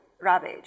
rubbish